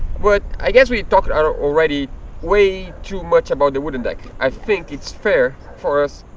but i guess we talked already way too much about the wooden deck. i think it's fair for us,